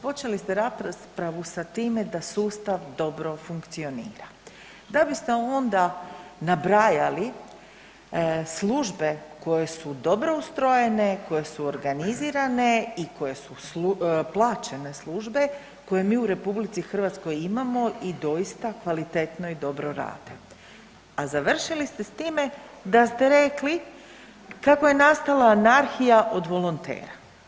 Počeli ste raspravu sa time da sustav dobro funkcionira, da biste onda nabrajali službe koje su dobro ustrojene, koje su organizirane i koje plaćene službe koje mi u RH imamo i doista kvalitetno i dobro rade, a završili ste s time da ste rekli kako je nastala anarhija od volontera.